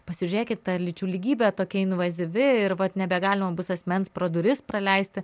pasižiūrėkit ta lyčių lygybė tokia invazyvi ir vat nebegalima bus asmens pro duris praleisti